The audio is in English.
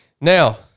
Now